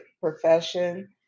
profession